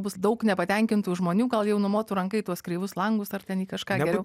bus daug nepatenkintų žmonių gal jau numotų ranka į tuos kreivus langus ar ten kažką geriau